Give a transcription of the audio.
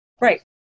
Right